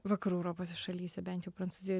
vakarų europose šalyse bent jau prancūzijoj